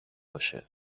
باشه